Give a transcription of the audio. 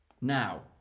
Now